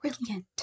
Brilliant